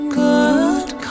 good